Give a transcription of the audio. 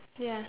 ya